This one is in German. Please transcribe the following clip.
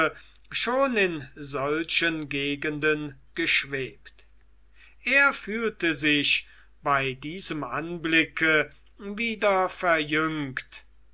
schon in solchen gegenden geschwebt er fühlte sich bei diesem anblicke wieder verjüngt